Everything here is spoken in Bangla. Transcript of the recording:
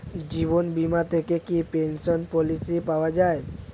জীবন বীমা থেকে কি পেনশন পলিসি পাওয়া যায়?